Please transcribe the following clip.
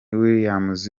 williams